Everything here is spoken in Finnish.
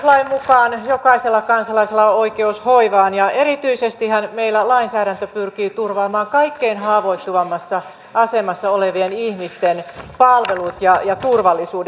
perustuslain mukaan jokaisella kansalaisella on oikeus hoivaan ja erityisestihän meillä lainsäädäntö pyrkii turvaamaan kaikkein haavoittuvimmassa asemassa olevien ihmisten palvelut ja turvallisuuden